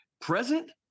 present